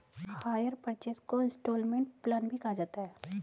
higher purchase को instalment plan भी कहा जाता है